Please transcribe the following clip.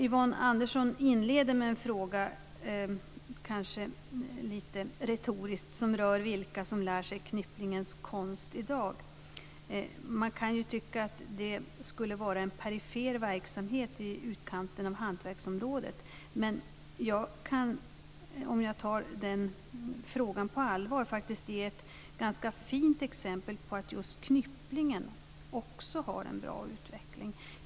Yvonne Andersson inleder kanske lite retoriskt med en fråga som rör vilka som lär sig knypplingens konst i dag. Man kan ju tycka att det skulle vara en perifer verksamhet i utkanten av hantverksområdet. Men jag kan om jag tar frågan på allvar faktiskt ge ett ganska fint exempel på att just knypplingen också har en bra utveckling.